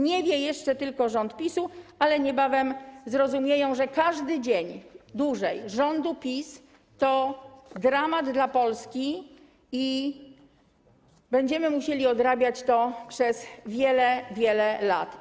Nie wie jeszcze tylko rząd PiS-u, ale niebawem zrozumie, że każdy kolejny dzień rządu PiS to dramat dla Polski i że będziemy musieli odrabiać to przez wiele, wiele lat.